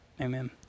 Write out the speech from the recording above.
Amen